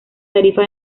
tarifa